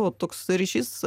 o toks ryšys